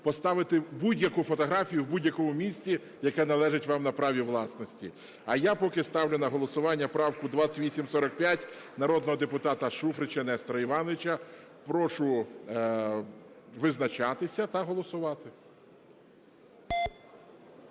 поставити будь-яку фотографію в будь-якому місці, яке належить вам на праві власності. А я поки ставлю на голосування правку 2845 народного депутата Шуфрича Нестора Івановича. Прошу визначатися та голосувати.